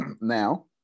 Now